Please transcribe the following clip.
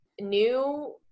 new